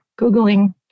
Googling